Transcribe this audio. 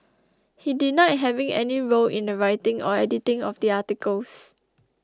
he denied having any role in the writing or editing of the articles